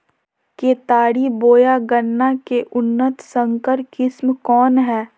केतारी बोया गन्ना के उन्नत संकर किस्म कौन है?